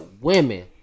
women